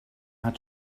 hat